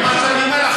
ומה שאני אומר לך,